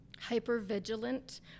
hyper-vigilant